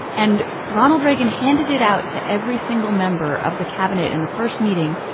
and and ronald reagan handed it out to every single member of the cabinet in the first meeting,